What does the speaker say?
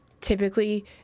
Typically